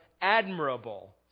admirable